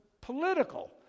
political